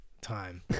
time